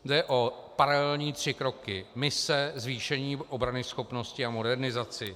Jde o paralelní tři kroky mise, zvýšení obranyschopnosti a modernizaci.